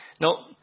No